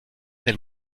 del